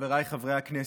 חבריי חברי הכנסת,